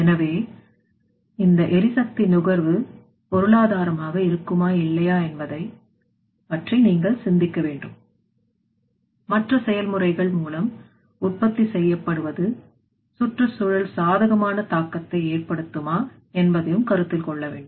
எனவே இந்த எரிசக்தி நுகர்வு பொருளாதாரமாக இருக்குமா இல்லையா என்பதை பற்றி நீங்கள் சிந்திக்க வேண்டும் மற்ற செயல்முறைகள் மூலம் உற்பத்தி செய்யப்படுவது சுற்றுச்சூழல் சாதகமான தாக்கத்தை ஏற்படுத்துமா என்பதையும் கருத்தில் கொள்ள வேண்டும்